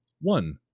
one